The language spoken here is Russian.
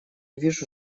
вижу